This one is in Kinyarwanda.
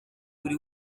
buri